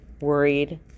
worried